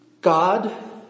God